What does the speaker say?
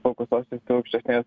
fokusuosis į aukštesnės